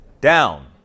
down